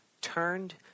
turned